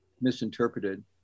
misinterpreted